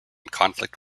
conflict